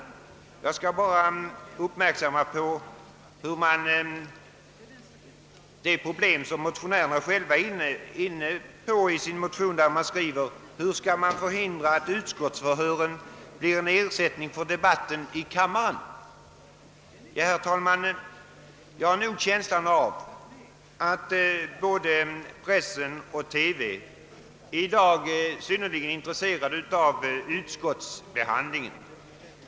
Jag vill bara fästa uppmärksamheten på ett problem som motionärerna själva nämner i sin motion, nämligen hur man skall förhindra att utskottsförhören blir en ersättning för debatten i kamrarna. Jag har nog en känsla av att både pressen och televisionen är synnerligen intresserade av utskottens arbete.